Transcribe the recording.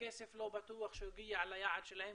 הכסף לא בטוח שהגיע ליעד שלו,